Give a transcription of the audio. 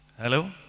Hello